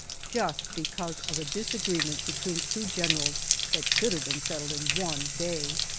just because of a disagreement between two generals that should have been settled in one day.